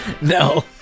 No